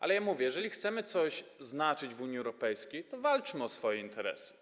Ale ja mówię: jeżeli chcemy coś znaczyć w Unii Europejskiej, to walczmy o swoje interesy.